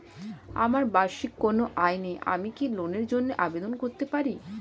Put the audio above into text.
আমার বার্ষিক কোন আয় নেই আমি কি লোনের জন্য আবেদন করতে পারি?